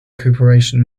cooperation